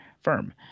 firm